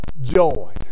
joy